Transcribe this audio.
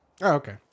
Okay